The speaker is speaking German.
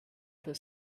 für